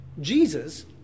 Jesus